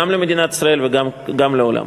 גם למדינת ישראל וגם לעולם.